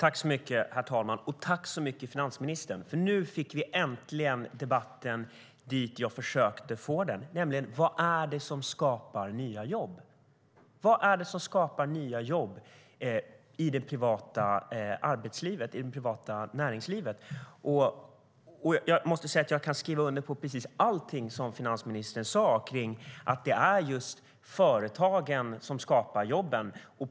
Herr talman! Tack så mycket, finansministern, för nu fick vi äntligen debatten dit jag försökte få den, nämligen till vad det är som skapar nya jobb i det privata näringslivet. Jag måste säga att jag kan skriva under på precis allting som finansministern sa kring att det är just företagen som skapar jobben.